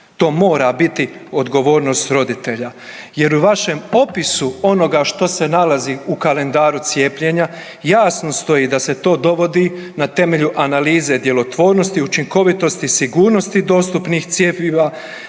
to mora biti odgovornost roditelja jer u vašem popisu onoga što se nalazi u kalendaru cijepljenja jasno stoji da se to dovodi na temelju analize djelotvornosti, učinkovitosti, sigurnosti dostupnih cjepiva,